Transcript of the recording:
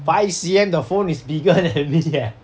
five C_M the phone is bigger than me eh